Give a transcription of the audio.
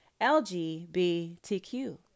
LGBTQ